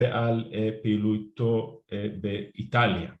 ‫בעל פעילותו באיטליה.